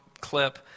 clip